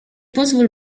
pozwól